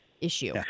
Issue